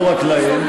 לא רק להם.